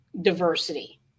diversity